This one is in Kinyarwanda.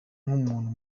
nk’umuntu